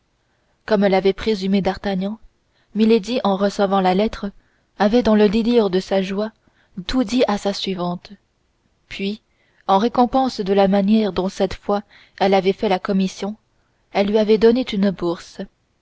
comme l'avait présumé d'artagnan milady en recevant la lettre avait dans le délire de sa joie tout dit à sa suivante puis en récompense de la manière dont cette fois elle avait fait la commission elle lui avait donné une bourse